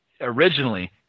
originally